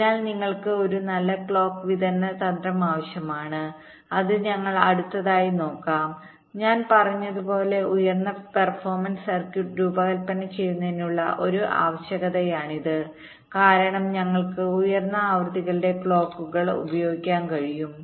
അതിനാൽ നിങ്ങൾക്ക് ഒരു നല്ല ക്ലോക്ക് വിതരണ തന്ത്രം ആവശ്യമാണ് അത് ഞങ്ങൾ അടുത്തതായി നോക്കും ഞാൻ പറഞ്ഞതുപോലെ ഉയർന്ന പെർഫോമൻസ് സർക്യൂട്ട് രൂപകൽപ്പന ചെയ്യുന്നതിനുള്ള ഒരു ആവശ്യകതയാണിത് കാരണം ഞങ്ങൾക്ക് ഉയർന്ന ആവൃത്തികളുടെ ക്ലോക്കുകൾ ഉപയോഗിക്കാൻ കഴിയും